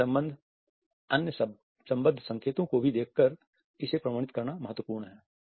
अन्य संबद्ध संकेतों को भी देखकर इसे प्रमाणित करना महत्वपूर्ण है